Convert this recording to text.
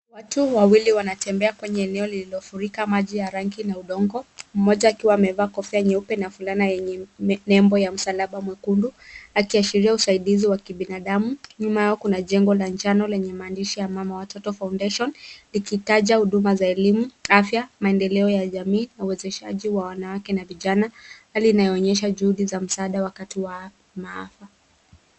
Watu wawili wanatembea kwenye eneo lililofurika na maji ya mvua na udongo. Mmoja amevaa kope nyeupe na fulana yenye nembo ya mraba wa rangi nyekundu, akionyesha ishara ya msaada wa kibinadamu. Nyuma yake kuna bango la manjano lenye maandishi ya Mama Watoto Foundation, likiashiria huduma za elimu, afya, maendeleo ya jamii, na usaidizi kwa wanawake na vijana. Hali hii inaonyesha juhudi za kutoa msaada kwa waathirika wa maafa.